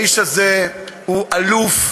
האיש הזה הוא אלוף,